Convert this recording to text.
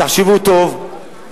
תחשבו טוב,